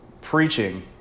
preaching